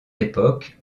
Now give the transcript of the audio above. époque